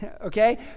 Okay